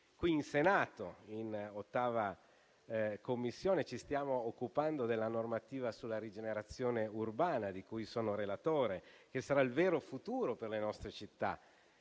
qui in Senato in 8a Commissione ci stiamo occupando della normativa sulla rigenerazione urbana, di cui sono relatore, che sarà il vero futuro per le nostre città,